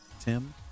Tim